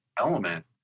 element